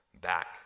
back